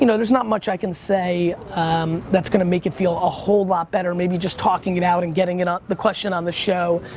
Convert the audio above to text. you know there's not much i can say that's gonna make it feel a whole lot better. maybe just talking it out and getting ah the question on the show.